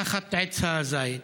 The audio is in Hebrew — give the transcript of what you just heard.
תחת עץ הזית,